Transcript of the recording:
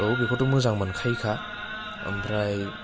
औ बेखौथ' मोजां मोनखायोखा ओमफ्राय